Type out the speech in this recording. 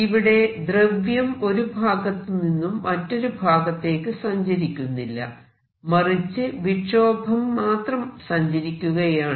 ഇവിടെ ദ്രവ്യം ഒരു ഭാഗത്തുനിന്നും മറ്റൊരു ഭാഗത്തേക്ക് സഞ്ചരിക്കുന്നില്ല മറിച്ച് വിക്ഷോഭം മാത്രം സഞ്ചരിക്കയാണ്